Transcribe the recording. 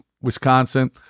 wisconsin